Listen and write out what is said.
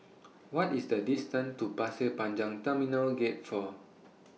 What IS The distance to Pasir Panjang Terminal Gate four